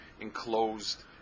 enclosed